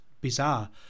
bizarre